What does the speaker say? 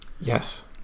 Yes